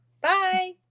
Bye